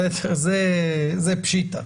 זה פשיטא.